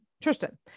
Tristan